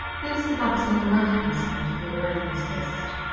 use the box on the right-hand side for your reference list,